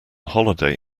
holiday